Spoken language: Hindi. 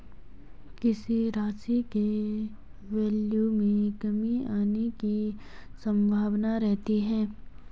किसी राशि के वैल्यू में कमी आने की संभावना रहती है